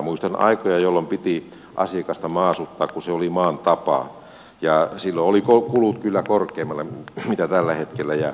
muistan aikoja jolloin piti asiakasta maasuttaa kun se oli maan tapa ja silloin olivat kulut kyllä korkeammalla kuin tällä hetkellä